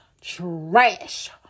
Trash